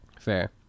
Fair